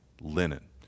linen